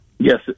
Yes